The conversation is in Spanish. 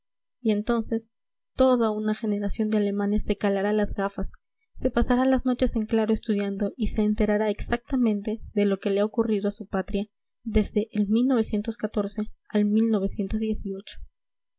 y entonces toda una generación de alemanes se calará las gafas se pasará las noches en claro estudiando y se enterará exactamente de lo que le ha ocurrido a su patria desde el al